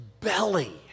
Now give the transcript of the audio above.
belly